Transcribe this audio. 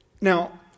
Now